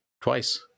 Twice